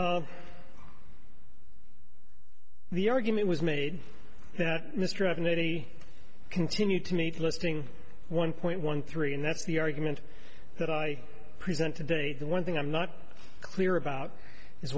the argument was made that mr afanasy continued to meet listing one point one three and that's the argument that i present today the one thing i'm not clear about is